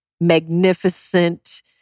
magnificent